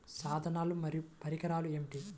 సాధనాలు మరియు పరికరాలు ఏమిటీ?